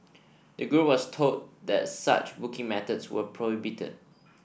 the group was told that such booking methods were prohibited